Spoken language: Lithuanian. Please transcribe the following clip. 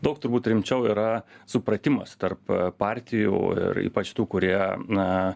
daug turbūt rimčiau yra supratimas tarp partijų ir ypač tų kurie na